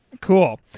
Cool